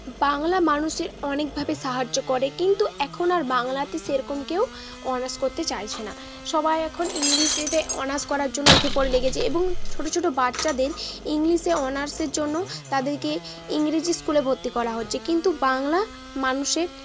বাংলা মানুষের অনেকভাবে সাহায্য করে কিন্তু এখন আর বাংলাতে সেরকম কেউ অনার্স করতে চাইছে না সবাই এখন ইংলিশেতে অনার্স করার জন্য উঠে পড়ে লেগেছে এবং ছোটো ছোটো বাচ্চাদের ইংলিশে অনার্সের জন্য তাদেরকে ইংরেজি স্কুলে ভর্তি করা হচ্ছে কিন্তু বাংলা মানুষের